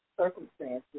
circumstances